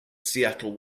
seattle